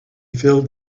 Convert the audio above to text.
filled